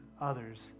others